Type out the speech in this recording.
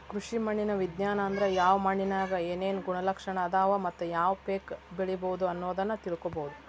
ಕೃಷಿ ಮಣ್ಣಿನ ವಿಜ್ಞಾನ ಅಂದ್ರ ಯಾವ ಮಣ್ಣಿನ್ಯಾಗ ಏನೇನು ಗುಣಲಕ್ಷಣ ಅದಾವ ಮತ್ತ ಯಾವ ಪೇಕ ಬೆಳಿಬೊದು ಅನ್ನೋದನ್ನ ತಿಳ್ಕೋಬೋದು